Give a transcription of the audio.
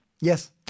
Yes